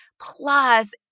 plus